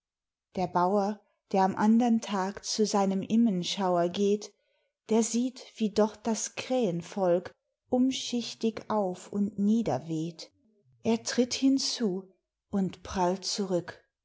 der bauer der am andern tag zu seinem immenschauer geht der sieht wie dort das krähenvolk umschichtig auf und niederweht er tritt hinzu und prallt zurück